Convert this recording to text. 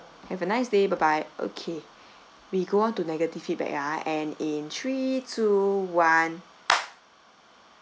have a nice day bye okay we go on to negative feedback ah and in three two one